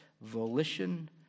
volition